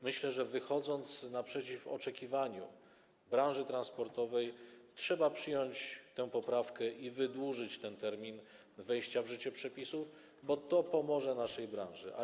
Myślę, że wychodząc naprzeciw oczekiwaniom branży transportowej, trzeba przyjąć tę poprawkę i wydłużyć termin wejścia w życie przepisu, bo to pomoże naszym przedsiębiorcom.